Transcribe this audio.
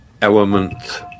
element